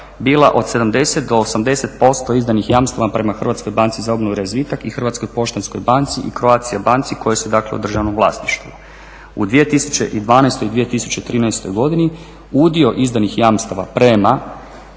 bila od 70 do 80% izdanih jamstava prema Hrvatskoj banci za obnovu i razvitak, i Hrvatskoj poštanskoj banci, i Croatia banci koje su dakle u državnom vlasništvu. U 2012.i 2013.godini udio izdanih jamstava prema